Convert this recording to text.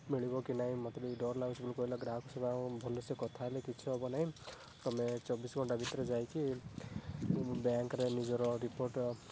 ମିଳିବ କି ନାହିଁ ମତେ ଟିକେ ଡର ଲାଗୁଛି ମୁଁ କହିଲା କି ଗ୍ରାହକ ସେବା ଓ ଭଲ ସେ କଥା ହେଲେ କିଛି ହେବ ନାହିଁ ତମେ ଚବିଶି ଘଣ୍ଟା ଭିତରେ ଯାଇକି ବ୍ୟାଙ୍କ ରେ ନିଜର ରିପୋର୍ଟ